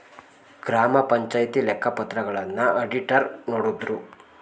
ಗ್ರಾಮ ಪಂಚಾಯಿತಿ ಲೆಕ್ಕ ಪತ್ರಗಳನ್ನ ಅಡಿಟರ್ ನೋಡುದ್ರು